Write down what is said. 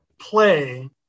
play